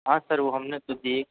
हाँ सर वो हमने तो जी